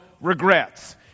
regrets